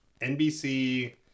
nbc